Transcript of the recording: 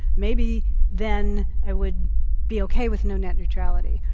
maybe then i would be okay with no net neutrality.